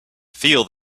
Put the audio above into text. feel